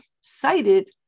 cited